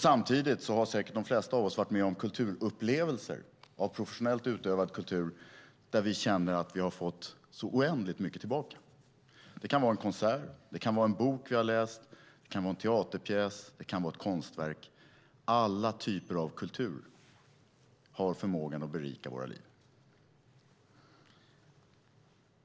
Samtidigt har säkert de flesta av oss varit med om kulturupplevelser av professionellt utövad kultur där vi känner att vi har fått så oändligt mycket tillbaka. Det kan vara en konsert, en bok vi har läst, en teaterpjäs eller ett konstverk. Alla typer av kultur har förmågan att berika våra liv.